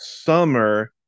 summer